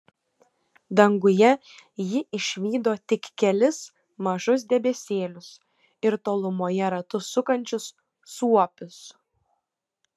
danguje ji išvydo tik kelis mažus debesėlius ir tolumoje ratu sukančius suopius